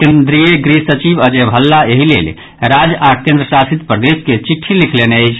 केन्द्रीय गृह सचिव अजय भल्ला एहि लेल राज्य आओर केन्द्र शासित प्रदेश के चिटि्ठ लिखलनि अछि